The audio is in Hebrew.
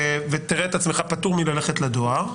ותראה את עצמך פטור מללכת לדואר.